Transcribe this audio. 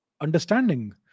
understanding